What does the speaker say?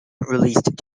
released